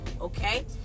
okay